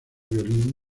violín